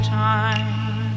time